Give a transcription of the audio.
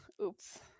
oops